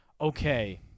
okay